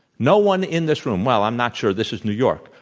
no one in this room, well i'm not sure, this is new york.